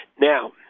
Now